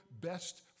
best